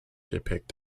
depict